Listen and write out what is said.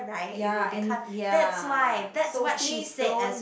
ya and ya so please don't